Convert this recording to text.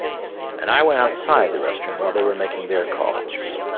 and i went outside the restaurant while they were making their calls.